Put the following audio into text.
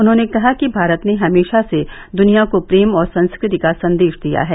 उन्होंने कहा कि भारत ने हमेशा से दुनिया को प्रेम और संस्कृति का संदेश दिया है